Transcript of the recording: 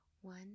One